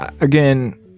Again